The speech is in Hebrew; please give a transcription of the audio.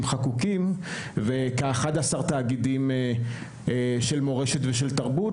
חקוקים וכ-11 תאגידים של מורשת ושל תרבות,